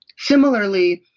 similarly,